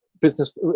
business